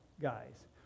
guys